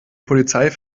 polizei